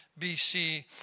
bc